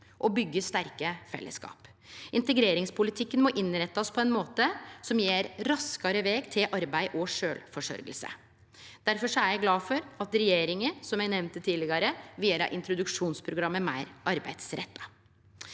og byggje sterke fellesskap. Integreringspolitikken må innrettast på ein måte som gjev ein raskare veg til arbeid og sjølvforsørging. Difor er eg glad for at regjeringa, som eg nemnde tidlegare, vil gjere introduksjonsprogrammet meir arbeidsretta.